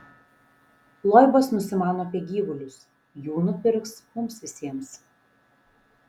loibas nusimano apie gyvulius jų nupirks mums visiems